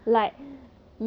!eeyer!